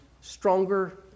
stronger